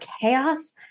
chaos